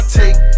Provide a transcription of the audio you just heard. take